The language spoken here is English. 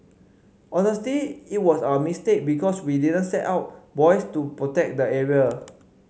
honestly it was our mistake because we didn't set out buoys to protect the area